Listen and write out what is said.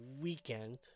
weekend